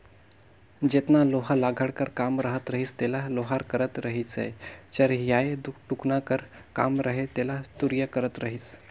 जेतना लोहा लाघड़ कर काम रहत रहिस तेला लोहार करत रहिसए चरहियाए टुकना कर काम रहें तेला तुरिया करत रहिस